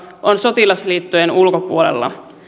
on sotilasliittojen ulkopuolella